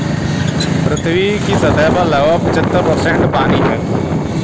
पृथ्वी की सतह लगभग पचहत्तर प्रतिशत जल से भरी है